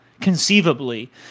conceivably